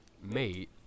mate